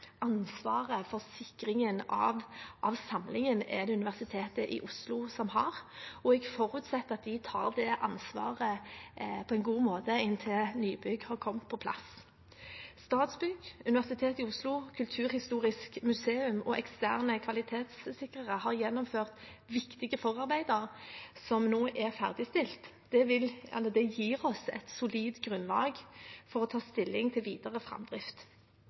de tar dette ansvaret på en god måte inntil nybygget kommer på plass. Statsbygg, Universitetet i Oslo, Kulturhistorisk museum og eksterne kvalitetssikrere har gjennomført viktige forarbeider som nå er ferdigstilt. Det gir oss et solid grunnlag for å ta stilling til videre framdrift.